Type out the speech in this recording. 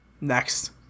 Next